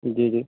جی جی